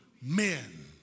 Men